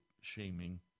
shaming